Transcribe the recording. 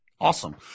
Awesome